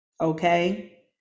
okay